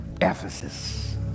Ephesus